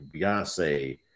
Beyonce